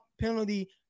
penalty